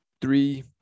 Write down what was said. three